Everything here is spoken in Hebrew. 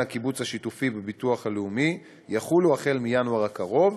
הקיבוץ השיתופי בביטוח הלאומי יחולו מינואר הקרוב,